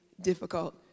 difficult